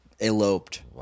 Eloped